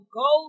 go